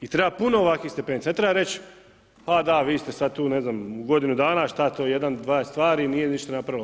I treba puno ovakvih stepenica, ne treba reći a da, vi ste sada tu, ne znam u godinu dana, šta je to jedna, dvije stvari, nije se ništa napravilo.